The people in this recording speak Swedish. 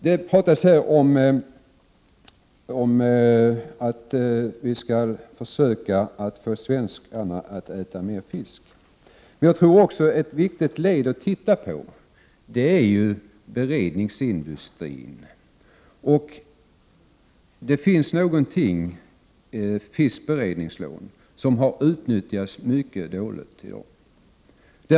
Det pratas om att vi skall försöka få svenskarna att äta mer fisk. Jag tror då att ett viktigt led att titta på är beredningsindustrin. De fiskberedningslån som finns utnyttjas mycket dåligt i dag.